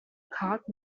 caught